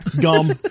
gum